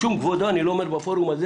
משום כבודו אני לא אומר בפורום הזה